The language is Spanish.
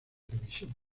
televisión